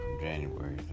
january